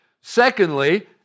Secondly